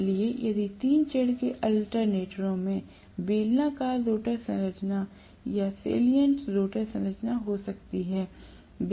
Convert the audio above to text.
इसलिए यदि तीन चरण के अल्टरनेटरों में बेलनाकार रोटर संरचना या सैलिएंट रोटर संरचना हो सकती है